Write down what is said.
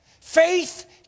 Faith